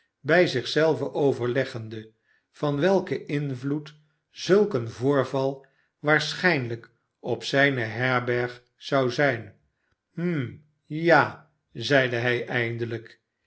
bij zich zelven overleggende van welken invloed zulk een voorval waarschijnlijk op zijne herberg zou zijn hm ja zeide hij eindelijk